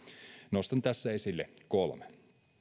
nostan tässä esille kolme